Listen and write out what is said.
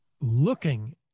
looking